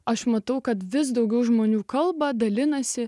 aš matau kad vis daugiau žmonių kalba dalinasi